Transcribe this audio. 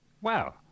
Wow